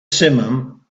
simum